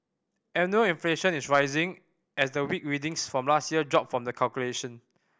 annual inflation is rising as the weak readings from last year drop from the calculation